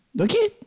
Okay